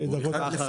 אחד לפני